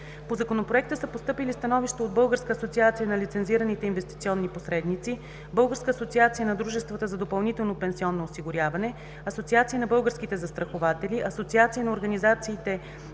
По Законопроекта са постъпили становища от: Българската асоциация на лицензираните инвестиционни посредници, Българската асоциация на дружествата за допълнително пенсионно осигуряване, Асоциацията на българските застрахователи, Асоциацията на организациите